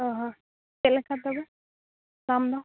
ᱚ ᱦᱚᱸ ᱪᱮᱫ ᱞᱮᱠᱟ ᱛᱚᱵᱮ ᱫᱟᱢᱫᱚ